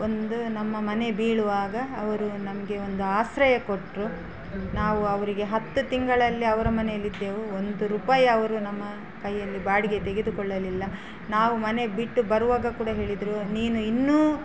ಒಂದು ನಮ್ಮ ಮನೆ ಬೀಳುವಾಗ ಅವರು ನಮಗೆ ಒಂದು ಆಶ್ರಯ ಕೊಟ್ಟರು ನಾವು ಅವರಿಗೆ ಹತ್ತು ತಿಂಗಳಲ್ಲಿ ಅವರ ಮನೇಲಿದ್ದೆವು ಒಂದು ರೂಪಾಯಿ ಅವರು ನಮ್ಮ ಕೈಯಲ್ಲಿ ಬಾಡಿಗೆ ತೆಗೆದುಕೊಳ್ಳಲಿಲ್ಲ ನಾವು ಮನೆ ಬಿಟ್ಟು ಬರುವಾಗ ಕೂಡ ಹೇಳಿದರು ನೀನು ಇನ್ನೂ